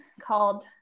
called